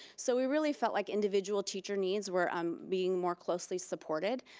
so we really felt like individual teacher needs were um being more closely supported,